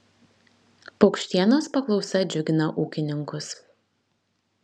paukštienos paklausa džiugina ūkininkus